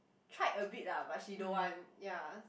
tried a bit lah but she don't want ya